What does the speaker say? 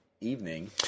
evening